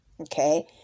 Okay